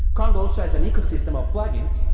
kong also has an ecosystem of plugins.